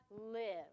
live